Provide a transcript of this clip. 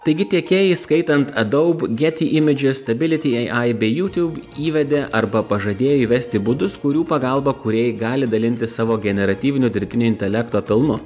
taigi tiekėjai įskaitant adobe getty images stability ai bei youtube įvedė arba pažadėjo įvesti būdus kurių pagalba kūrėjai gali dalintis savo generatyvinio dirbtinio intelekto pelnu